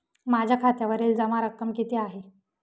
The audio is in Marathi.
माझ्या खात्यावरील जमा रक्कम किती आहे?